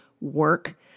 work